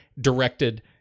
directed